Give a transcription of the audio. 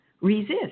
resist